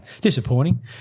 disappointing